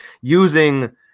using